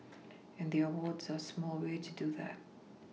and the awards are a small way to do that